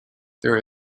there